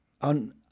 on